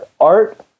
Art